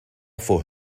for